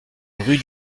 rue